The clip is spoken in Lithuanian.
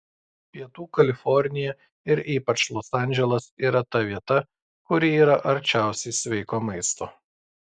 pietų kalifornija ir ypač los andželas yra ta vieta kuri yra arčiausiai sveiko maisto